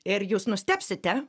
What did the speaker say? ir jūs nustebsite